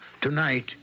Tonight